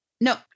No